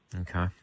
Okay